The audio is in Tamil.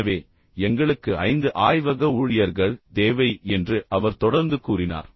எனவே எங்களுக்கு ஐந்து ஆய்வக ஊழியர்கள் தேவை என்று அவர் தொடர்ந்து கூறினார்